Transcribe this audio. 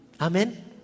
Amen